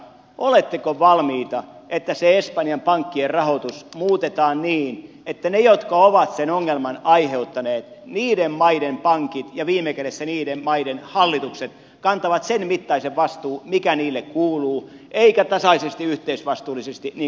oletteko valmiita että se espanjan pankkien rahoitus muutetaan niin että niiden maiden jotka ovat sen ongelman aiheuttaneet pankit ja viime kädessä hallitukset kantavat sen mittaisen vastuun mikä niille kuuluu eikä tasaisesti yhteisvastuullisesti niin kuin nyt on malli